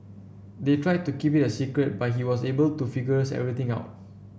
they tried to keep it secret but he was able to figures everything out